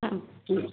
ହଁ କି